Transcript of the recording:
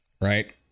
right